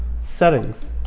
settings